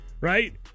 right